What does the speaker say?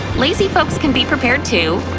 lazy folks can be prepared too!